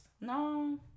no